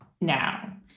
now